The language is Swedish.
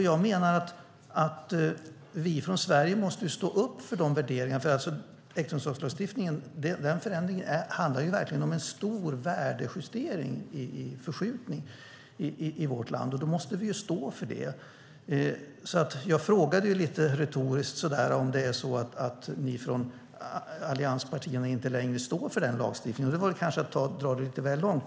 Jag menar att vi från Sverige måste stå upp för våra värderingar. Förändringen i äktenskapslagstiftningen handlar ju verkligen om en stor värdeförskjutning i vårt land, och då måste vi stå för det. Jag frågade så där lite retoriskt om ni från allianspartierna inte längre står för den lagstiftningen, och det var väl kanske att dra det lite väl långt.